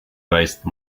waste